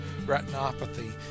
retinopathy